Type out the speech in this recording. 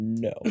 No